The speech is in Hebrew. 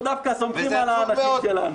אנחנו דווקא סומכים על האנשים שלנו.